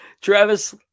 Travis